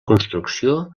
construcció